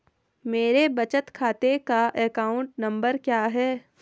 मेरे बचत खाते का अकाउंट नंबर क्या है?